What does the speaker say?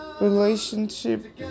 relationship